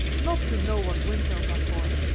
not to know what windmills are for!